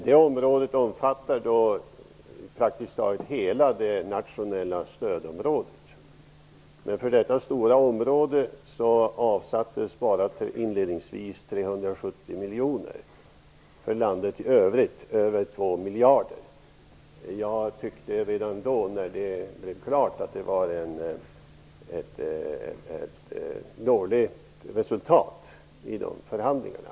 Det området omfattar praktiskt taget hela det nationella stödområdet, men för detta stora område avsattes inledningsvis bara 370 miljoner kronor. För landet i övrigt avsattes 2 miljarder kronor. Jag tyckte redan när detta blev klart att det var ett dåligt resultat i de förhandlingarna.